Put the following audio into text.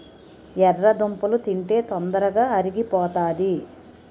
ఎర్రదుంపలు తింటే తొందరగా అరిగిపోతాది